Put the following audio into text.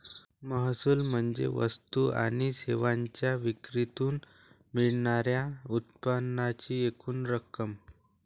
महसूल म्हणजे वस्तू आणि सेवांच्या विक्रीतून मिळणार्या उत्पन्नाची एकूण रक्कम